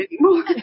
anymore